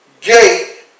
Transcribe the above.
gate